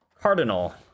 Cardinal